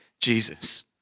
Jesus